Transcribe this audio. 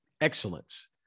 excellence